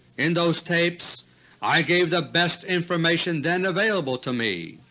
in those tapes i gave the best information then available to me,